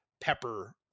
pepper